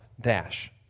dash